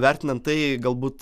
vertinant tai galbūt